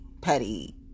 petty